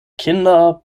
kinder